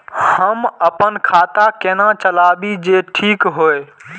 हम अपन खाता केना चलाबी जे ठीक होय?